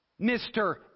Mr